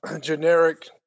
generic